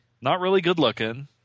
not-really-good-looking